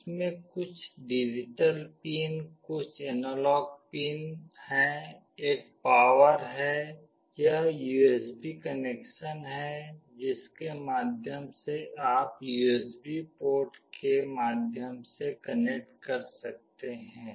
इसमें कुछ digital pin कुछ एनालॉग पिन हैं एक पावर है यह यूएसबी कनेक्शन है जिसके माध्यम से आप यूएसबी पोर्ट के माध्यम से कनेक्ट कर सकते हैं